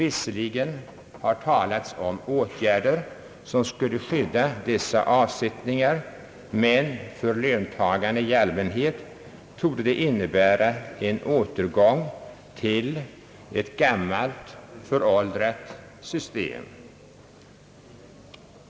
Visserligen har det talats om åtgärder som skulle skydda dessa avsättningar, men för löntagarna i allmänhet torde det innebära en återgång till ett gammalt, föråldrat system.